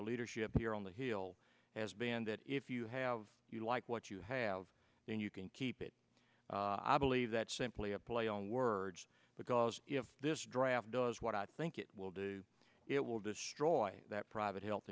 the leadership here on the hill has been that if you have you like what you have then you can keep it i believe that simply a play on words because if this draft does what i think it will do it will destroy that private health